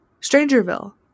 Strangerville